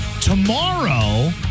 tomorrow